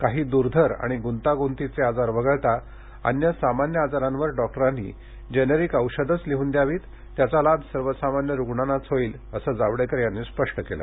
काही दुर्धर किंवा गुंतागुंतीचे आजार वगळता अन्य सामान्य आजारांवर डॉक्टरांनी जेनेरिक औषधच लिहून द्यावीत त्याचा लाभ सर्वसामान्य रुग्णांनाच होईल असं जावडेकर यांनी स्पष्ट केलं